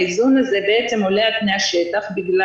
האיזון הזה בעצם עולה על פני השטח בגלל